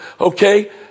Okay